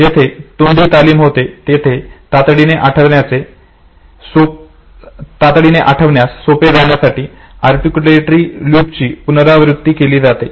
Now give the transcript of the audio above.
जिथे तोंडी तालीम होते तिथे तातडीने आठवण्यास सोपे जाण्यासाठी आर्टिक्युलेटरी लुपची पुनरावृत्ती केली जाते